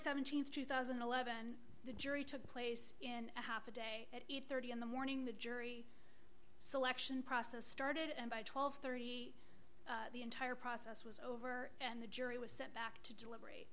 seventeenth two thousand and eleven the jury took place in half a day at eight thirty in the morning the jury selection process started and by twelve thirty the entire process was over and the jury was sent back to deliver at